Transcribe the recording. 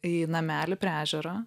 į namelį prie ežero